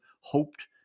hoped